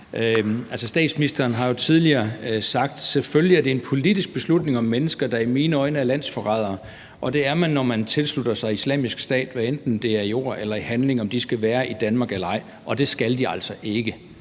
Statsministeren har jo tidligere sagt: Selvfølgelig er det en politisk beslutning, om mennesker, der i mine øjne er landsforrædere – og det er man, når man tilslutter sig Islamisk Stat, hvad enten det er i ord eller i handling – skal være i Danmark eller ej, og det skal de altså ikke.